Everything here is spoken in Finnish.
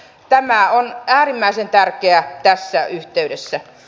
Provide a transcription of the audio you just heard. tämä on äärimmäisen tärkeää tässä yhteydessä